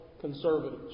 conservatives